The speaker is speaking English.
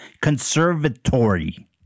conservatory